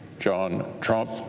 john trump.